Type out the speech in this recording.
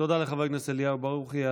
תודה לחבר הכנסת אליהו ברוכי.